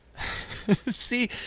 See